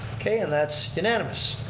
okay, and that's unanimous.